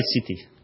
city